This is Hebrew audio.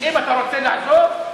אם אתה רוצה לחזור,